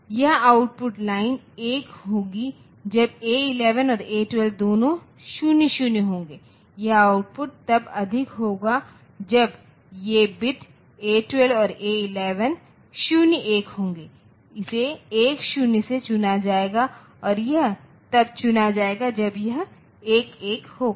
यह आउटपुटOutput लाइन 1 होगी जब A11 और A12 दोनों 00 होंगे यह आउटपुट तब अधिक होगा जब ये बिट्स A12 और A11 0 1 होंगे इसे 1 0 में चुना जाएगा और यह तब चुना जाएगा जब यह 1 1 होगा